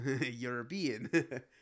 European